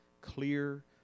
Clear